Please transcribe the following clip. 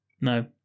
No